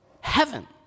heaven